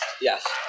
Yes